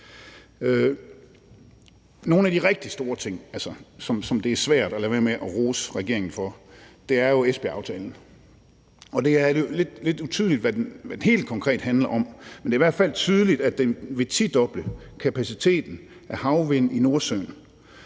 En af de rigtig store ting, som det er svært at lade være med at rose regeringen for, er jo Esbjergaftalen. Det er lidt utydeligt, hvad den helt konkret handler om, men det er i hvert fald tydeligt, at den vil tidoble kapaciteten af havvind i Nordsøen,